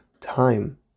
time